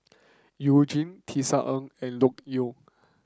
You Jin Tisa Ng and Loke Yew